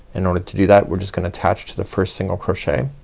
in order to do that we're just gonna attach to the first single crochet